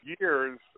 years